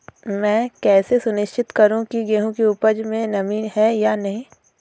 मैं कैसे सुनिश्चित करूँ की गेहूँ की उपज में नमी है या नहीं?